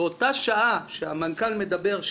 באותה שעה שהמנכ"ל מדבר,